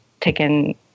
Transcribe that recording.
taken